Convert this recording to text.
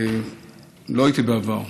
לא הייתי בעבר,